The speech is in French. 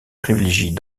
privilégie